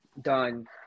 done